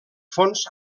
fons